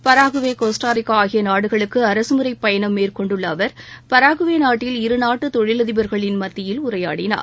Paraguay Costa Rica ஆகிய நாடுகளுக்கு அரசு முறைப் பயணம் மேற்கொண்டுள்ள அவர் பராகுவே நாட்டில் இருநாட்டு தொழிலதிபர்களின் மத்தியில் உரையாடினார்